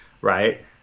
right